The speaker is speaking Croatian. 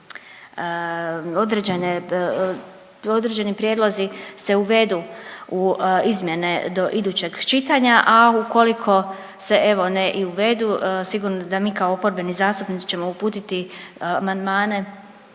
određeni prijedlozi se uvede u izmjene do idućeg čitanja, a ukoliko se evo i ne uvedu sigurno da mi kao oporbeni zastupnici ćemo uputiti amandmane